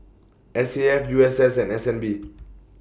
S A F U S S and S N B